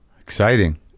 exciting